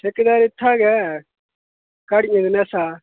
ठेकेदार इत्थै गै घाड़ियें धनास्सा दा